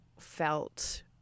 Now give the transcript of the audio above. felt